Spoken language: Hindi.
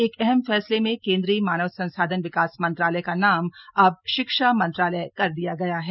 एक अहम फैसले में केंद्रीय मानव संसाधन विकास मंत्रालय का नाम अब शिक्षा मंत्रालय कर दिया गया है